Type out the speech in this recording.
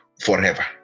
forever